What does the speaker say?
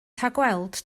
rhagweld